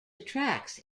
attracts